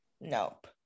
Nope